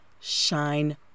shine